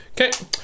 okay